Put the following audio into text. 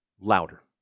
louder